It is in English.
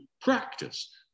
practice